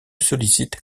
sollicite